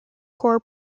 core